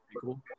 cool